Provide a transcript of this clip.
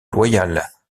loyal